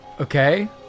Okay